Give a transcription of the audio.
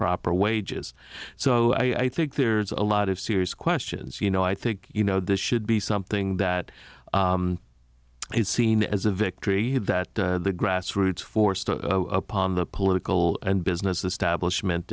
proper wages so i think there's a lot of serious questions you know i think you know this should be something that is seen as a victory that the grassroots forced upon the political and business establishment